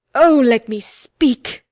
o, let me speak!